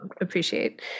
appreciate